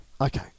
Okay